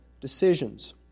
decisions